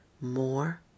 more